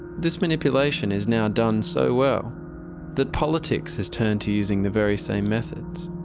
this manipulation is now done so well that politics has turned to using the very same methods.